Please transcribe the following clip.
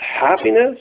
happiness